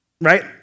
Right